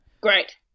Great